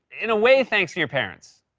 in a way thanks to your parents.